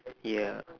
ya